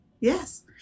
Yes